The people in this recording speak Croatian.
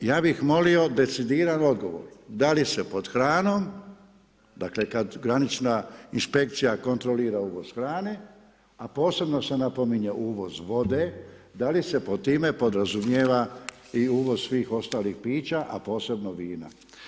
Ja bih molio decidiran odgovor da li se pod hranom, dakle kada granična inspekcija kontrolira uvoz hrane a posebno se napominje uvoz vode, da li se pod time podrazumijeva i uvoz svih ostalih pića a posebno vina.